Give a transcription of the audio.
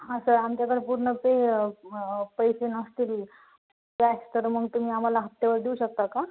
हा सर आमच्याकडे पूर्ण ते पैसे नसतील कॅश तर मग तुम्ही आम्हाला हप्त्यावर देऊ शकता का